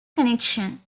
connection